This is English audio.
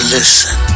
Listen